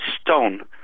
stone